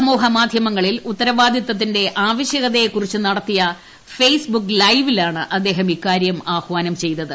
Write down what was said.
സമൂഹമാധൃമങ്ങളിൽ ഉത്തരവാദിത്തത്തിന്റെ ആവശ്യകതയെ കുറിച്ച് നടത്തിയ ഫെയ്സ്ബുക്ക് ലൈവിലാണ് അദ്ദേഹം ഇക്കാരൃം ആഹ്വാനം ചെയ്തത്